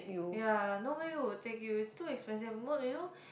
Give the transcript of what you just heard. ya nobody would take you it's too expensive oh you know